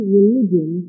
religion